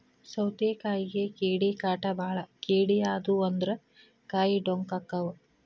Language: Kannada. ಸೌತಿಕಾಯಿಗೆ ಕೇಡಿಕಾಟ ಬಾಳ ಕೇಡಿ ಆದು ಅಂದ್ರ ಕಾಯಿ ಡೊಂಕ ಅಕಾವ್